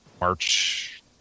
March